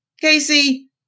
Casey